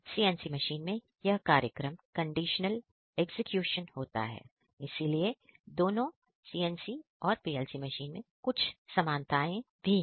CNC machine मैं यह कार्यक्रम कंडीशनल एग्जीक्यूशन होता है इसीलिए दोनों CNC और PLC मशीन में कुछ समानताएं हैं